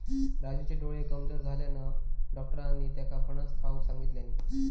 राजूचे डोळे कमजोर झाल्यानं, डाक्टरांनी त्येका फणस खाऊक सांगितल्यानी